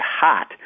Hot